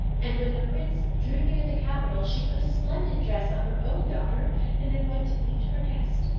and when the prince drew near the capital she put a splendid dress on her own daughter and then went to meet her guest.